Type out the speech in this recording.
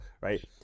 right